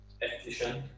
efficient